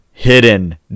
Hidden